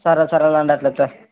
సరే సరే అండి అట్లయితే